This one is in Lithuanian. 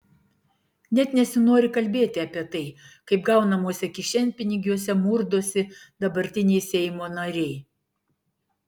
net nesinori kalbėti apie tai kaip gaunamuose kišenpinigiuose murdosi dabartiniai seimo nariai